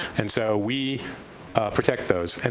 and so we protect those. and